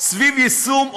סביב יישום,